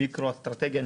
מיקרו אסטרטגיה.